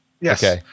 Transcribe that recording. Yes